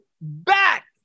back